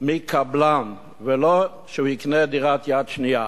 מקבלן ולא אם הוא יקנה דירת יד שנייה.